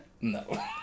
No